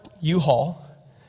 U-Haul